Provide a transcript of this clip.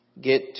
get